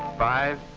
five,